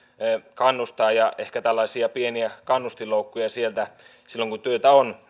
kannustaa ja ehkä tällaisia pieniä kannustinloukkuja poistaa silloin kun työtä on